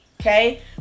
okay